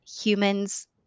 humans